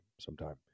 sometime